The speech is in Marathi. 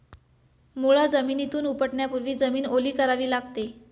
मुळा जमिनीतून उपटण्यापूर्वी जमीन ओली करावी लागते